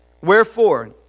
Wherefore